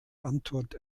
antwort